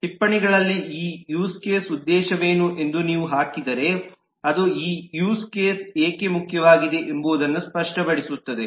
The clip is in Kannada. ಟಿಪ್ಪಣಿಗಳಲ್ಲಿ ಈ ಯೂಸ್ ಕೇಸ್ ಉದ್ದೇಶವೇನು ಎಂದು ನೀವು ಹಾಕಿದರೆ ಅದು ಈ ಯೂಸ್ ಕೇಸ್ ಏಕೆ ಮುಖ್ಯವಾಗಿದೆ ಎಂಬುದನ್ನು ಸ್ಪಷ್ಟಪಡಿಸುತ್ತದೆ